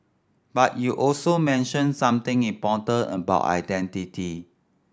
but you also mentioned something important about identity